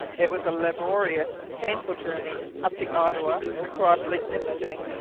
it was a laborious and painful journey up the ottawa, across lake nipissing,